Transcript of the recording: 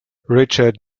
richard